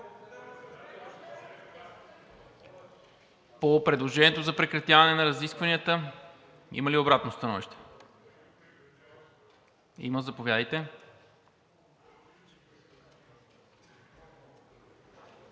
По предложението за прекратяване на разискванията има ли обратно становище? Има. Заповядайте.